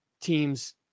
teams